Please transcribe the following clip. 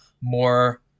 more